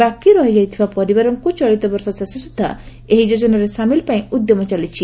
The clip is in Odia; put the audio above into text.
ବାକି ରହିଯାଇଥିବା ପରିବାରଙ୍କୁ ଚଳିତ ବର୍ଷ ଶେଷ ସୁଧା ଏହି ଯୋଜନାରେ ସାମିଲ ପାଇଁ ଉଦ୍ୟମ ଚାଲିଛି